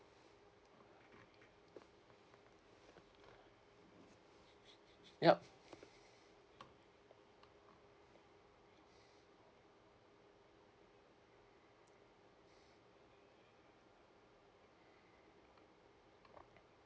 yup